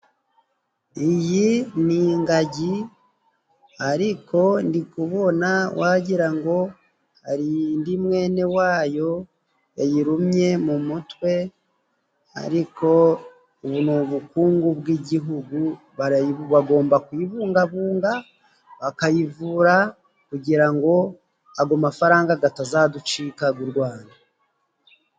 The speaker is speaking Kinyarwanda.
Iyi ni ingagi ariko ndi kubona wagira ngo hari indi mwene wayo yayirumye mu mutwe. Ariko ubu ni ubukungu bw'igihugu bagomba kuyibungabunga, bakayivura kugira ngo ago mafaranga katazaducika g'u Rwanda.